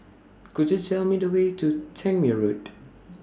Could YOU Tell Me The Way to Tangmere Road